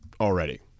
already